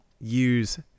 use